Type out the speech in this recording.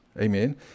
Amen